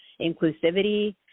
inclusivity